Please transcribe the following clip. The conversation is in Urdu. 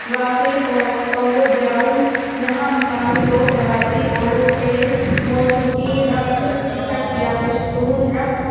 واقع پولو گراؤنڈ یہاں مقامی لوگ روایتی پولو کھیل موسیقی رقص کھٹک یا پشتون رقص